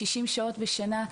60 שעות בשנה,